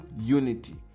unity